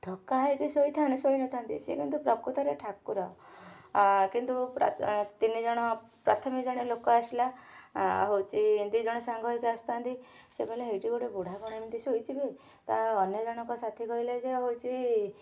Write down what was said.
ଥକା ହେଇକି ଶୋଇନଥାନ୍ତି ସେ କିନ୍ତୁ ପ୍ରକୃତରେ ଠାକୁର କିନ୍ତୁ ତିନିଜଣ ପ୍ରଥମେ ଜଣେ ଲୋକ ଆସିଲା ହେଉଛି ଦୁଇଜଣ ସାଙ୍ଗ ହେଇକି ଆସୁଥାନ୍ତି ସେ କହିଲେ ସେଇଠି ଗୋଟେ ବୁଢ଼ା କ'ଣ ଏମିତି ଶୋଇଛି ବେ ତା' ଅନ୍ୟଜଣକ ସାଥୀ କହିଲେ ଯେ ହେଉଛି